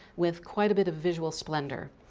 with quite a bit of visual splendor.